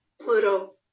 Pluto